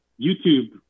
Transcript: YouTube